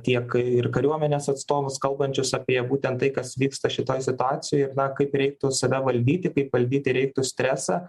tiek ir kariuomenės atstovus kalbančius apie būtent tai kas vyksta šitoj situacijoj ir na kaip reiktų save valdyti kaip valdyti reiktų stresą